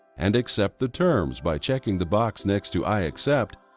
and accept the terms by checking the box next to i accept.